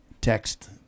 Text